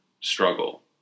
struggle